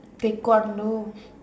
Taekwondo